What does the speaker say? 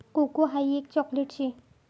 cocoa हाई एक chocolate शे